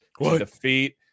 defeat